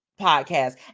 podcast